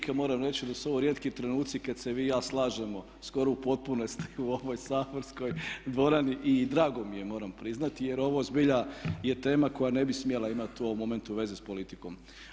Kolega Špika moram reći da su ovo rijetki trenuci kad se vi i ja slažemo, skoro u potpunosti u ovoj saborskoj dvorani i drago mi je moram priznati jer ovo zbilja je tema koja ne bi smjela imati u ovom momentu veze s politikom.